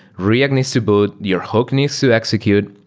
react needs to boot. your hook needs to execute.